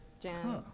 Jan